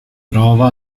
prova